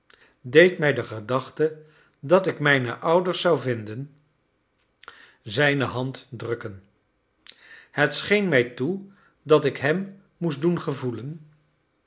deed mij de gedachte dat ik mijne ouders zou vinden zijne hand drukken het scheen mij toe dat ik hem moest doen gevoelen